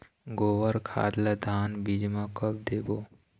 गोबर खाद ला धान बीज म कब देबो?